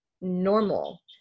normal